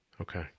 okay